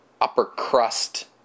upper-crust